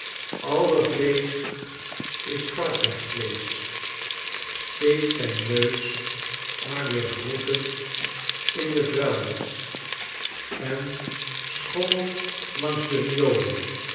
alle vleesch is varkensvleeschl steekt zijn neus maar weer wroetend in de vullis en schommelt langs de riolen